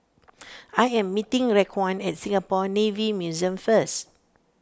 I am meeting Raekwon at Singapore Navy Museum first